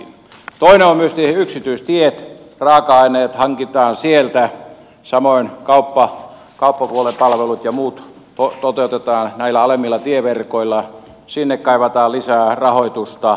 toinen asia on yksityistiet raaka aineet hankitaan sieltä samoin kauppapuolen palvelut ja muut toteutetaan näillä alemmilla tieverkoilla sinne kaivataan lisää rahoitusta